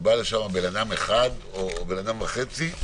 שבא לשם בן אדם אחד או בן אדם וחצי,